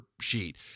sheet